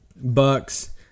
Bucks